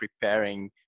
preparing